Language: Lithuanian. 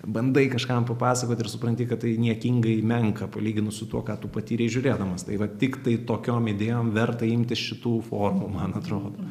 bandai kažkam papasakot ir supranti kad tai niekingai menka palyginus su tuo ką tu patyrei žiūrėdamas tai va tiktai tokiom idėjom verta imtis šitų formų man atrodo